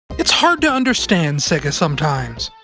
it's hard to understand sega, sometimes.